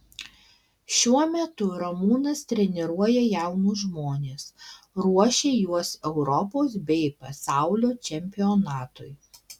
šiuo metu ramūnas treniruoja jaunus žmones ruošia juos europos bei pasaulio čempionatui